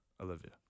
Olivia